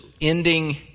ending